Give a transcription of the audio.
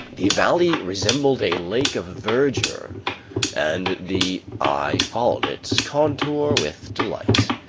the valley resembled a lake of verdure and the eye followed its contour with delight.